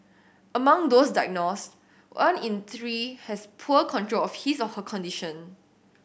among those diagnosed one in three has poor control of his or her condition